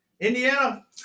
Indiana